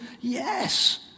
yes